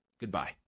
Goodbye